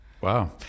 wow